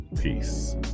Peace